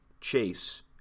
Chase